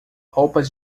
roupas